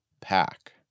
pack